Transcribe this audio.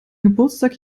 geburtstag